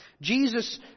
Jesus